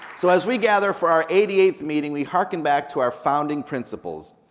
so as we gather for our eighty eighth meeting, we hearken back to our founding principles,